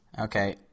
Okay